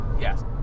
Yes